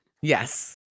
Yes